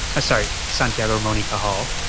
ah sorry, santiago ramon cajal,